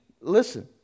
Listen